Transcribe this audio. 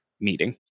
meeting